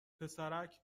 پسرک